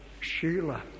Sheila